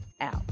out